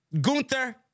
Gunther